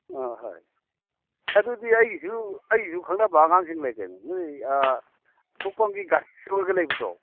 ꯑ ꯍꯣꯏ ꯑꯗꯨꯗꯤ ꯑꯩꯒꯤꯁꯨ ꯑꯩꯒꯤꯁꯨ ꯈꯪꯅꯕ ꯑꯉꯥꯡꯁꯤꯡ ꯂꯩ ꯀꯩꯅꯣ ꯅꯣꯏ ꯑꯊꯣꯛꯄꯝꯒꯤ ꯂꯩꯕꯗꯣ